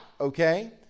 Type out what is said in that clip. okay